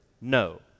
No